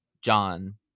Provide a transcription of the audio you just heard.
John